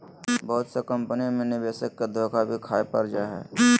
बहुत सा कम्पनी मे निवेशक के धोखा भी खाय पड़ जा हय